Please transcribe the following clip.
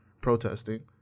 protesting